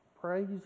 Praise